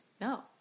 No